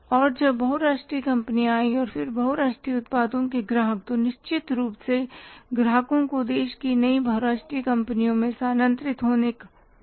और जब बहु राष्ट्रीय कंपनियां आईं और फिर बहु राष्ट्रीय उत्पादों के ग्राहक तो निश्चित रूप से ग्राहकों को देश की नई बहु राष्ट्रीय कंपनीयो में स्थानांतरित होने का कारण था